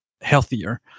healthier